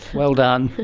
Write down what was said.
well done.